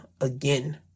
again